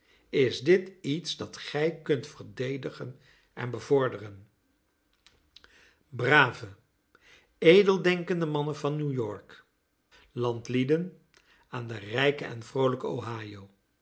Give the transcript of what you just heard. is dit iets dat gij kunt verdedigen en bevorderen brave edeldenkende mannen van new-york landlieden aan de rijke en vroolijke